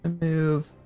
move